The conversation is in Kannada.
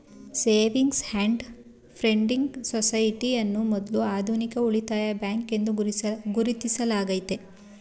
ಸೇವಿಂಗ್ಸ್ ಅಂಡ್ ಫ್ರೆಂಡ್ಲಿ ಸೊಸೈಟಿ ಅನ್ನ ಮೊದ್ಲ ಆಧುನಿಕ ಉಳಿತಾಯ ಬ್ಯಾಂಕ್ ಎಂದು ಗುರುತಿಸಲಾಗೈತೆ